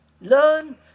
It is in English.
Learn